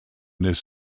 this